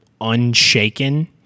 unshaken